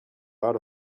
out